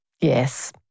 Yes